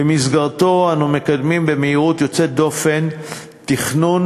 שבמסגרתה אנו מקדמים במהירות יוצאת דופן תכנון